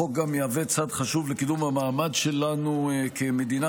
החוק גם יהווה צעד חשוב לקידום המעמד שלנו כמדינה